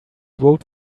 vote